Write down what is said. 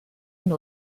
une